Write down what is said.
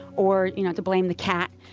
or you know to blame the cat.